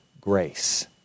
grace